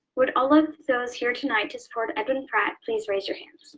would all of so us here tonight to support edwin pratt please raise your hands.